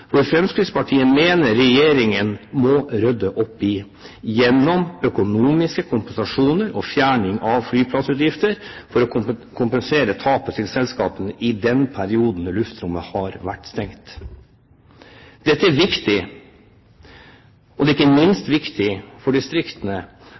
Fremskrittspartiet mener Regjeringen må rydde opp gjennom økonomiske kompensasjoner og fjerning av flyplassavgifter for å kompensere tapet til selskapene i den perioden luftrommet har vært stengt. Dette er viktig, og det er ikke